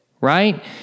right